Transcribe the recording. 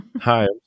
hi